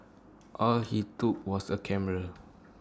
all he took was A camera